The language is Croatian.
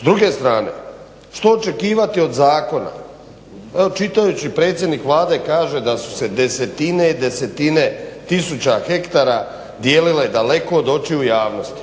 S druge strane, što očekivati od zakona, evo čitajući predsjednik Vlade kaže da su se desetine i desetine tisuća hektara dijelile daleko od očiju od javnosti.